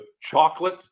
chocolate